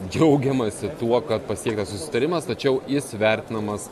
džiaugiamasi tuo kad pasiektas susitarimas tačiau jis vertinamas